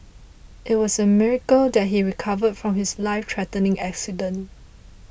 it was a miracle that he recovered from his life threatening accident